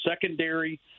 secondary